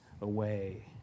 away